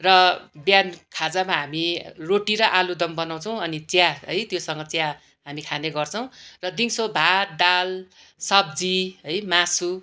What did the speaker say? र बिहान खाजामा हामी रोटी र आलुदम बनाउँछौँ अनि चिया है त्योसँग चिया हामी खाने गर्छौँ र दिउँसो भात दाल सब्जी है मासु